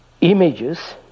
images